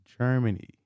Germany